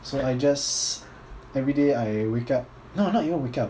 so I just every day I wake up no not even wake up